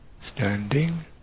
Standing